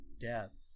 death